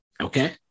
okay